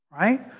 right